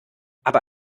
aber